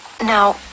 Now